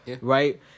right